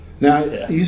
Now